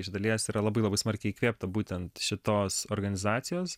iš dalies yra labai labai smarkiai įkvėpta būtent šitos organizacijos